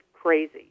crazy